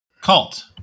Cult